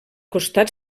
costat